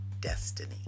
destiny